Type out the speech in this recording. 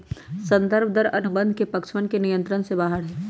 संदर्भ दर अनुबंध के पक्षवन के नियंत्रण से बाहर हई